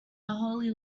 holy